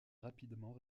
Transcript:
rapidement